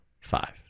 five